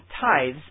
tithes